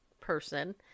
person